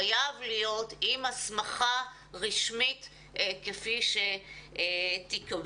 חייב להיות עם הסמכה רשמית כפי שתיקבע.